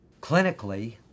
Clinically